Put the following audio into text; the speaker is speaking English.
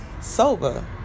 sober